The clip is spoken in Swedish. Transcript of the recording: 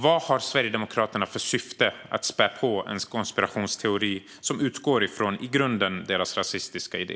Vad har Sverigedemokraterna för syfte med att spä på en konspirationsteori, som i grunden utgår från partiets rasistiska idé?